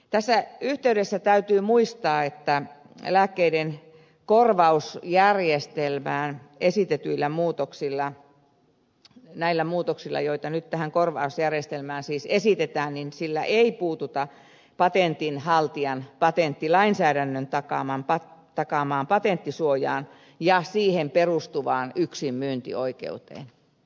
tässä yhteydessä täytyy muistaa että lääkkeiden korvausjärjestelmään esitetyillä muutoksilla näillä muutoksilla joita nyt tähän korvausjärjestelmään siis esitetään ei puututa patentin haltijan patenttilainsäädännön takaamaan patenttisuojaan ja siihen perustuvaan yksinmyyntioikeuteen